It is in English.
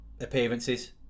appearances